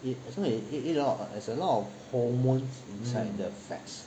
it as long as it it eat a lot there's a lot of hormones inside the fats